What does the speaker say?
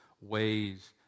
ways